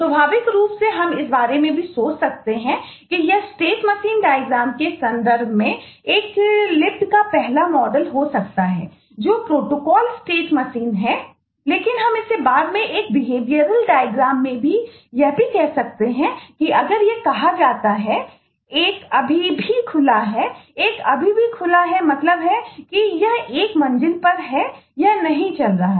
स्वाभाविक रूप से हम इस बारे में भी सोच सकते हैं कि यह स्टेट मशीन डायग्रामक्या होगा